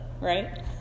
right